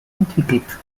entwickelt